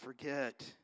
forget